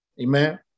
Amen